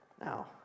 now